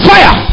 Fire